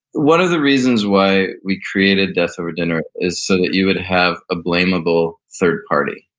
one of the reasons why we created death over dinner is so that you would have a blameable third party.